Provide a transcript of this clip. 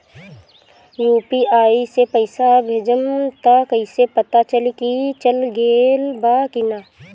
UPI से पइसा भेजम त कइसे पता चलि की चल गेल बा की न?